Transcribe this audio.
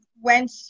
went